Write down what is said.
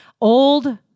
Old